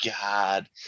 God